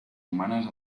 humanes